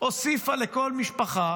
הוסיפה לכל משפחה